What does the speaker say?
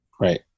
right